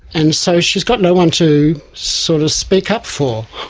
and so she's got no one to sort of speak up for